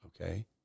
Okay